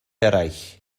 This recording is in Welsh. eraill